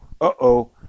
uh-oh